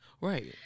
right